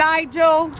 Nigel